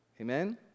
Amen